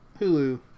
Hulu